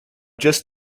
just